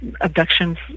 abductions